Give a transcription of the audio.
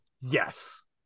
Yes